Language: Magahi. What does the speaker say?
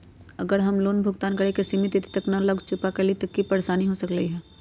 अगर हम लोन भुगतान करे के सिमित तिथि तक लोन न चुका पईली त की की परेशानी हो सकलई ह?